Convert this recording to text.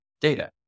data